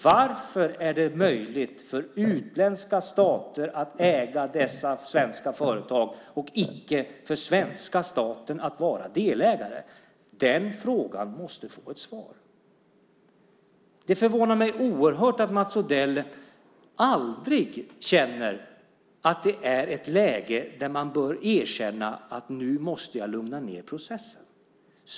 Varför är det möjligt för utländska stater att äga dessa svenska företag och icke för svenska staten att vara delägare? Den frågan måste få ett svar. Det förvånar mig oerhört att Mats Odell aldrig känner att det är ett läge där han bör erkänna att han måste lugna ned processen.